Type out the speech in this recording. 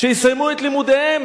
שסיימו את לימודיהם.